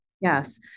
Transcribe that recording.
Yes